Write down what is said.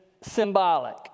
symbolic